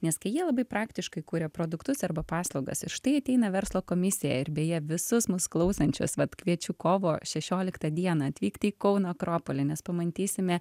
nes kai jie labai praktiškai kuria produktus arba paslaugas ir štai ateina verslo komisija ir beje visus mus klausančius vat kviečiu kovo šešioliktą dieną atvykti į kauno akropolį nes pamatysime